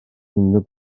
unrhyw